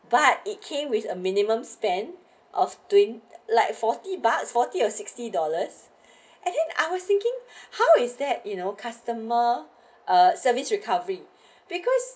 but it came with a minimum spend of doing like forty bucks forty or sixty dollars actually I was thinking how is that you know customer ah service recovery because